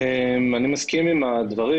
אני מסכים עם הדברים.